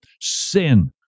sin